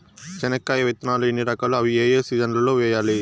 చెనక్కాయ విత్తనాలు ఎన్ని రకాలు? అవి ఏ ఏ సీజన్లలో వేయాలి?